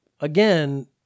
Again